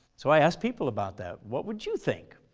so i asked people about that. what would you think?